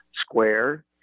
square